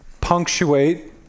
punctuate